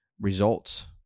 results